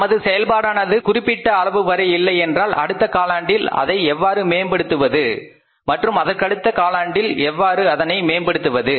நமது செயல்பாடானது குறிப்பிட்ட அளவுவரை இல்லையென்றால் அடுத்த காலாண்டில் அதை எவ்வாறு மேம்படுத்துவது மற்றும் அதற்கடுத்த காலாண்டில் எவ்வாறு அதனை மேம்படுத்துவது